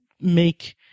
make